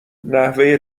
نحوه